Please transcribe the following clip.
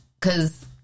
cause